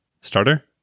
starter